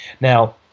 Now